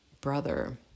brother